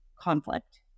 conflict